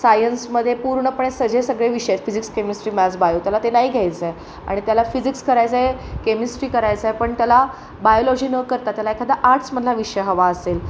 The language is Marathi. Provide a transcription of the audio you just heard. सायन्समध्ये पूर्णपणे सजे सगळे विषय फिजिक्स केमिस्ट्री मॅथ्स बायो त्याला ते नाही घ्यायचं आहे आणि त्याला फिजिक्स करायचं आहे केमिस्ट्री करायचं आहे पण त्याला बायोलॉजी न करता त्याला एखादा आर्ट्समधला विषय हवा असेल